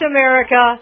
America